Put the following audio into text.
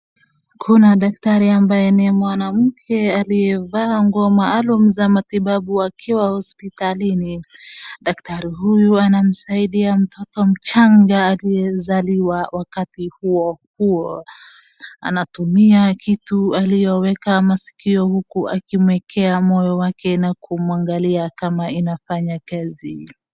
Kuna daktari ambaye ni mwanamke aliyevaa nguo maalumu za matibabu akiwa hospitalini. Daktari huyu anamsaidia mtoto mchanga aliyezaliwa wakati huo huo. Anatumia kitu alioweka masikio uku akimuekea moyo wake na kumuangalia kama inafanya kazi.